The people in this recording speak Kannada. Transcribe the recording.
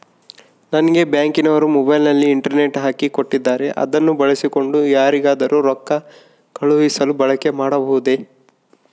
ನಂಗೆ ಬ್ಯಾಂಕಿನವರು ಮೊಬೈಲಿನಲ್ಲಿ ಇಂಟರ್ನೆಟ್ ಹಾಕಿ ಕೊಟ್ಟಿದ್ದಾರೆ ಅದನ್ನು ಬಳಸಿಕೊಂಡು ಯಾರಿಗಾದರೂ ರೊಕ್ಕ ಕಳುಹಿಸಲು ಬಳಕೆ ಮಾಡಬಹುದೇ?